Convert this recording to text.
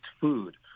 food